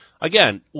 Again